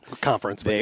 Conference